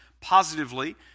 positively